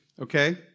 okay